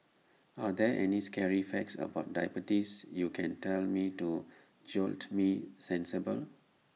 are there any scary facts about diabetes you can tell me to jolt me sensible